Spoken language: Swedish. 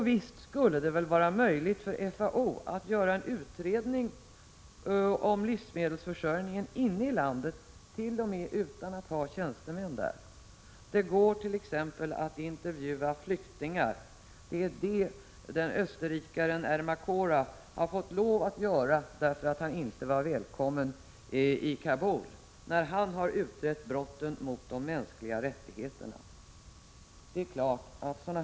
Visst skulle det väl vara möjligt för FAO att göra en utredning om livsmedelsförsörjningen inne i landet, t.o.m. utan att ha tjänstemän där. Det gårt.ex. att intervjua flyktingar. Det var vad österrikaren Ermacora fick lov att göra när han utredde brotten mot mänskliga rättigheter, därför att han inte var välkommen i Kabul.